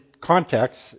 context